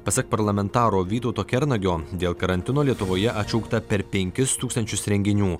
pasak parlamentaro vytauto kernagio dėl karantino lietuvoje atšaukta per penkis tūkstančius renginių